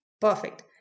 Perfect